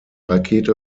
rakete